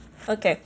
okay